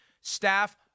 staff